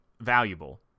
valuable